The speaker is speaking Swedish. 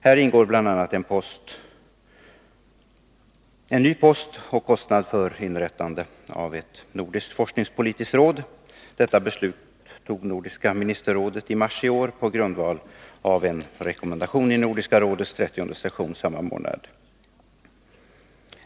Häri ingår bl.a. en ny post och kostnad för inrättande av ett nordiskt forskningspolitiskt råd. Detta beslut fattade Nordiska ministerrådet i mars i år på grundval av en rekommendation vid Nordiska rådets 30:e session i samma månad.